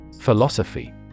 Philosophy